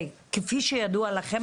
כפי שידוע לכם,